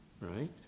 Right